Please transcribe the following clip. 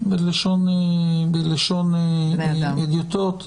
בלשון הדיוטות,